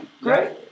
great